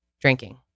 drinking